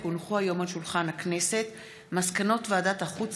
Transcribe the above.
כי הונחו היום על שולחן הכנסת מסקנות ועדת החוץ